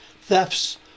thefts